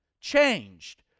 changed